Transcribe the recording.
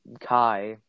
Kai